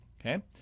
okay